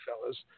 fellows